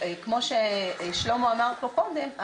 כמו ששלמה אמר פה קודם,